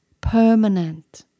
permanent